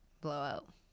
blowout